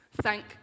Thank